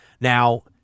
Now